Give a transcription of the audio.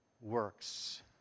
works